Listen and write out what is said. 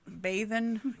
bathing